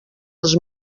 els